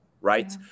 right